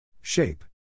Shape